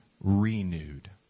renewed